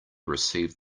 received